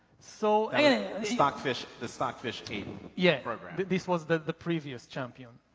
so stockfish, the stockfish team. yeah. program. this was the previous champion.